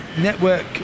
Network